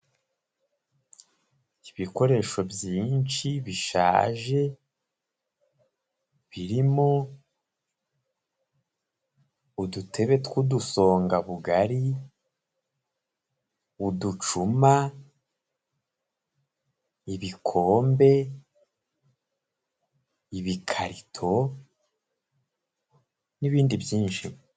Ibikoresho byinshi bishaje, birimo udutebe tw'udusongabugari, uducuma, ibikombe, ibikarito n'ibindi byinshi.